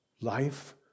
Life